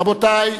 רבותי,